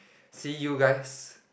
see you guys